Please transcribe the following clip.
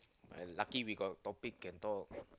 I lucky we got topic can talk